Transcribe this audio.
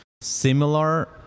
similar